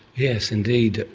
yes, indeed,